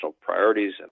priorities